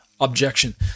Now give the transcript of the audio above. objection